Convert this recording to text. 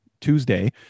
Tuesday